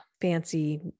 fancy